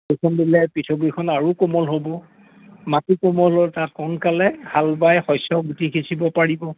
দিলে আৰু কোমল হ'ব মাটি কোমল হৈ তাত সোনকালে হাল বাই শস্য গুটি সিঁচিব পাৰিব